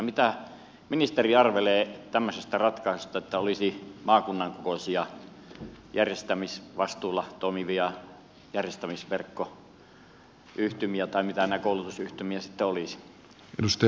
mitä ministeri arvelee tämmöisestä ratkaisusta että olisi maakunnan kokoisia järjestämisvastuulla toimivia järjestämisverkkoyhtymiä tai mitä koulutusyhtymiä nämä sitten olisivat